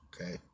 Okay